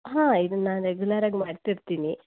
ಹಾಂ ಇದನ್ನ ನಾನು ರೆಗ್ಯುಲರಾಗಿ ಮಾಡ್ತಿರ್ತೀನಿ